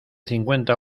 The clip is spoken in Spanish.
cincuenta